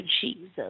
Jesus